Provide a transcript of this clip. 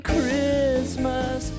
Christmas